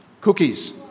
Cookies